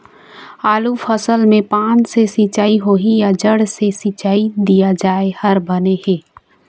आलू फसल मे पान से सिचाई होही या जड़ से सिचाई दिया जाय हर बने हे?